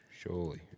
surely